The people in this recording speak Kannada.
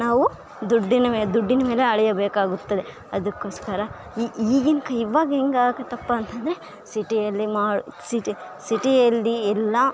ನಾವು ದುಡ್ಡಿನ ಮೇಲೆ ದುಡ್ಡಿನ ಮೇಲೆ ಅಳೆಯ ಬೇಕಾಗುತ್ತದೆ ಅದಕೋಸ್ಕರ ಈಗಿನ ಇವಾಗ ಹೆಂಗೆ ಆಗುದಪ್ಪ ಅಂತಂದರೆ ಸಿಟಿಯಲ್ಲಿ ಮಾಡಿ ಸಿಟಿ ಸಿಟಿಯಲ್ಲಿ ಎಲ್ಲಾ